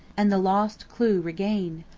and the lost clew regain?